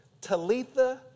Talitha